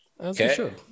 Okay